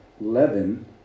leaven